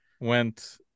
went